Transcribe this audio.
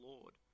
Lord